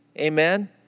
Amen